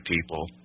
people